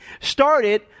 started